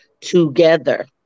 together